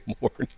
morning